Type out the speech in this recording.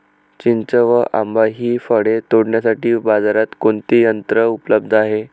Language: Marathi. चिंच व आंबा हि फळे तोडण्यासाठी बाजारात कोणते यंत्र उपलब्ध आहे?